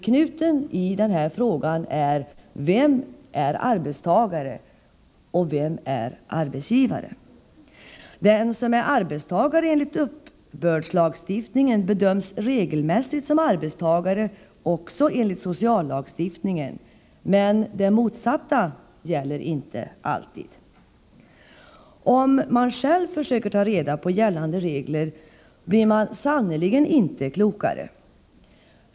Knuten i den här frågan är vem som är arbetstagare och vem som är arbetsgivare. Den som är arbetstagare enligt uppbördslagstiftningen bedöms regelmässigt som arbetstagare också enligt sociallagstiftningen, men det motsatta gäller inte alltid. Om man själv försöker ta reda på gällande regler, blir man sannerligen inte klokare.